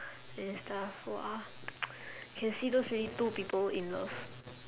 and stuff !wah! can see those really two people in love